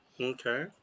Okay